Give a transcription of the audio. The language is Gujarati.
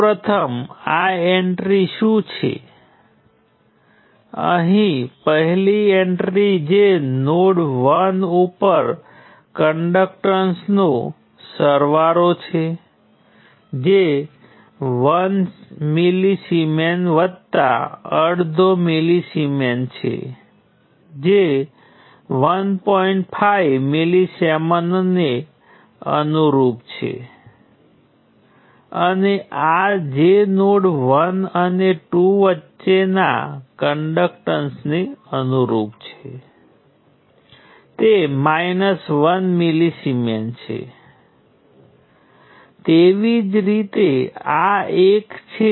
પ્રથમ હરોળ કિર્ચોફનો કરંટનો નિયમ નોડ 1 ને અનુરૂપ છે બીજું કિર્ચોફનો કરંટનો નિયમ નોડ 2 અને તે જ રીતે આગળ નોડ N સુધી સંદર્ભ નોડને બાદ કરતા સર્કિટમાં કુલ N 1 નોડ છે આપણી પાસે N નોડ હશે પરંતુ મેં આ કૉલમ પણ બતાવી છે અને તમે જાણો છો કે આ કૉલમમાં એન્ટ્રી V1 ગુણાય છે અને બીજી કૉલમમાંની એન્ટ્રી V2 ગુણાય છે અને તે જ રીતે આગળ